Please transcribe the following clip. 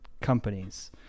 companies